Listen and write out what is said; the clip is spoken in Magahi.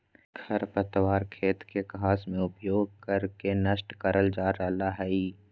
खरपतवार खेत के घास में उपयोग कर के नष्ट करल जा रहल हई